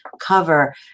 cover